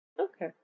Okay